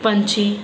ਪੰਛੀ